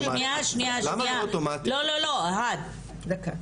שנייה, שנייה, לא, לא, לא, אוהד, דקה.